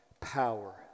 power